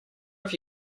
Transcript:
have